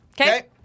Okay